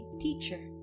teacher